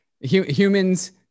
Humans